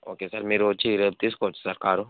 okay sir మీరు వచ్చి రేపు తీసుకోవచ్చు సార్ కారు